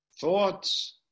thoughts